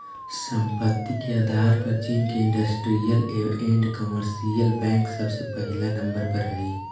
संपत्ति के आधार पर चीन के इन्डस्ट्रीअल एण्ड कमर्शियल बैंक सबसे पहिला नंबर पर हई